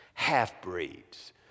half-breeds